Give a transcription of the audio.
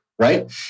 right